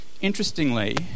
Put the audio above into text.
Interestingly